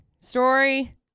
Story